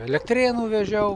elektrėnų vežiau